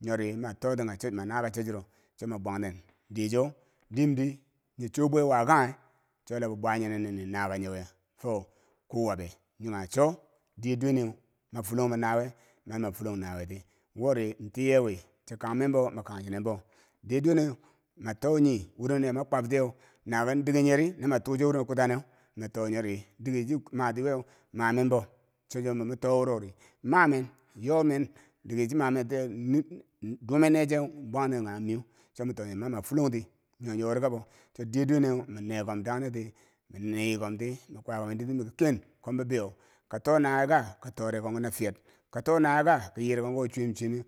nyori matoten ka cho, ma na ka chochuro cho ma bwangten diye cho, diim di nyi cho bwe waa kanghe chola bo bwa nyinen nini naka nyeke. fo, kuu wabe, nyikanghe cho diye duweneu ma fulongbo nawiye mama fulong nawiyeti wori tiye wi, cho kangmenbo ma kangchinenbo. Diye duweneu ma to nyi wureno yama kwabtiyeu na kin dike nyeri, no ma tuu chowureno kutanneu, mato nyori, dike chi mati wiyeu mamembo. chocho bo mi to wuro ri mamen, yomen, dike chi mamen tiyeu duume ne cheu bwang men kanghe miu cho mi to nyori mi mama fulong ti nyo yori kabo to diye duweneu ma nekom dangne ti mi niyikom ti mikwakimen dirti miki ken, kom bibeiyo, ka to nawiye ka? ka tore komki na fiyer, to nawiye ka? kayire komki wo chuwem chuwemeu